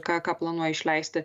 ką ką planuoji išleisti